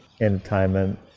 entertainment